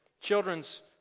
children's